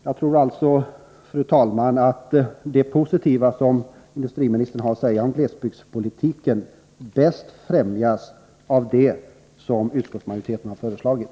Jag tror alltså, fru talman, att det positiva som industriministern har att säga om glesbygdspolitiken bäst främjas av det som utskottsmajoriteten har föreslagit.